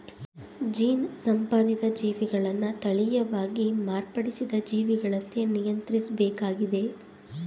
gene ಸಂಪಾದಿತ ಜೀವಿಗಳನ್ನ ತಳೀಯವಾಗಿ ಮಾರ್ಪಡಿಸಿದ ಜೀವಿಗಳಂತೆ ನಿಯಂತ್ರಿಸ್ಬೇಕಾಗಿದೆ